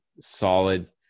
solid